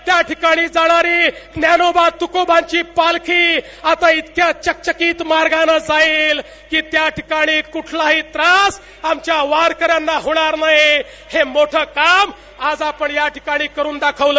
त्या ठिकाणी जाणारी ज्ञानोबा तुकोबांची पालखी आता इतक्या चकचकीत मार्गानं जाईल की त्या ठिकाणी कुठलाही त्रास आमच्या वारकऱ्यांना होणार नाही हे मोठं काम आज आपण याठिकाणी करुन दाखवलं